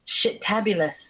shit-tabulous